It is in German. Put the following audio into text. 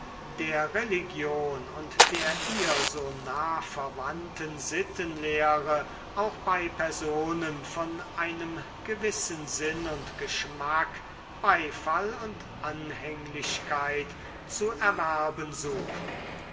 der religion und der ihr so nah verwandten sittenlehre auch bei personen von einem gewissen sinn und geschmack beifall und anhänglichkeit zu erwerben suchten